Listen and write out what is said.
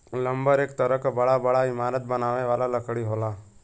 lumber एक तरह क बड़ा बड़ा इमारत बनावे वाला लकड़ी होला